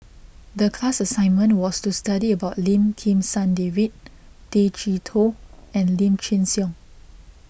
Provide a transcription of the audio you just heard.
the class assignment was to study about Lim Kim San David Tay Chee Toh and Lim Chin Siong